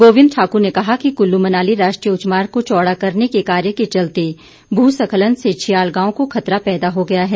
गोबिंद ठाक्र ने कहा कि कुल्लू मनाली राष्ट्रीय उच्च मार्ग को चौड़ा करने के कार्य के चलते भूस्खलन से छियाल गांव को खतरा पैदा हो गया है